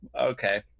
Okay